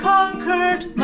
Conquered